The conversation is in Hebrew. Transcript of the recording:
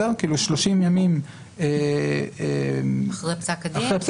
30 ימים --- אחרי פסק הדין?